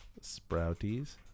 sprouties